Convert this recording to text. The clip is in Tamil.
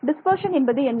டிஸ்பர்ஷன் என்பது என்ன